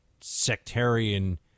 sectarian